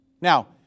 Now